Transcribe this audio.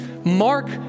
Mark